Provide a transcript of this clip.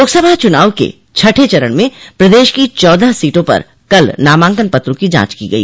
लोकसभा चुनाव के छठें चरण में प्रदेश की चौदह सीटों पर कल नामांकन पत्रों की जांच की गई